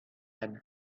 and